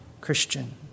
Christian